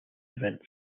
events